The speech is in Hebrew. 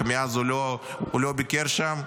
ומאז הוא לא ביקר שם.